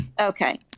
Okay